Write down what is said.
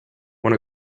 when